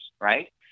right